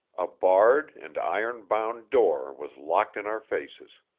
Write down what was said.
a barred and iron-bound door was locked in our faces.